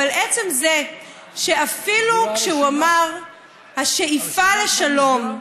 אבל עצם זה שאפילו כשהוא אמר "השאיפה לשלום",